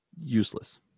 useless